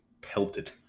pelted